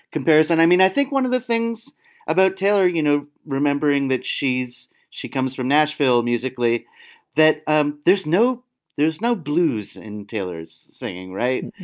comparison. i mean i think one of the things about taylor you know remembering that she's she comes from nashville musically that um there's no there's no blues and taylor taylor's singing right.